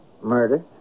murder